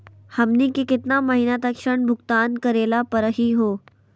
हमनी के केतना महीनों तक ऋण भुगतान करेला परही हो?